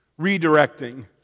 redirecting